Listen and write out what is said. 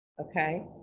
Okay